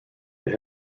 they